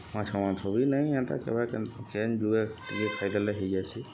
ମାଛ ମାଂସ ବି ନାଇ ଏନ୍ତା କେବେ କେନ୍ କେନ୍ ଯୁଗେ ଟିକେ ଖାଇଦେଲେ ହେଇଯାଏସି